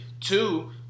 Two